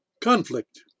conflict